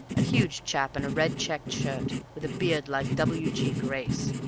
a huge chap in a red checked shirt, with a beard like w. g. grace,